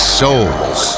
souls